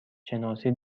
شناسی